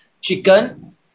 Chicken